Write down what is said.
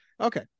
Okay